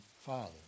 father